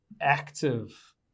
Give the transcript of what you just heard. active